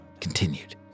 Continued